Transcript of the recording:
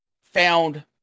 found